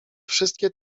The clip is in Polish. wszystkie